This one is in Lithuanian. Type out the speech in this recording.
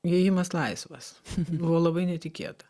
įėjimas laisvas buvo labai netikėta